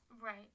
Right